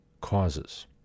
causes